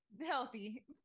healthy